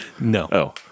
No